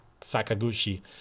Sakaguchi